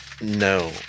No